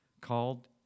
called